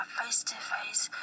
face-to-face